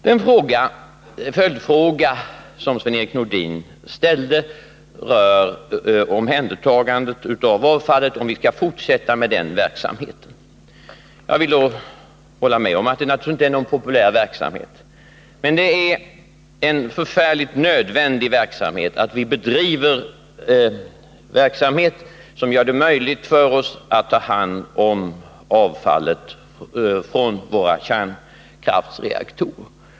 Den följdfråga som Sven-Erik Nordin ställde gäller om vi skall fortsätta verksamheten med omhändertagande av avfallet. Jag håller med om att det naturligtvis inte är någon populär verksamhet, men det är mycket nödvändigt att vi bedriver verksamhet som gör det möjligt för oss att ta hand om avfallet från våra kärnkraftsreaktorer.